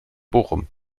bochum